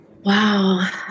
Wow